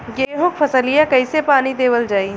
गेहूँक फसलिया कईसे पानी देवल जाई?